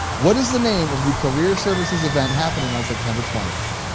what is the name of the career services event happening on september twentieth?